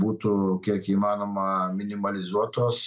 būtų kiek įmanoma minimalizuotos